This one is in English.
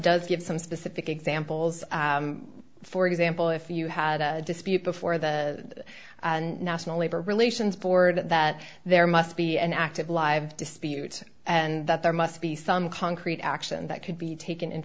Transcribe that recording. does give some specific examples for example if you had a dispute before the national labor relations board that there must be an active live dispute and that there must be some concrete action that could be taken in